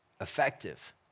effective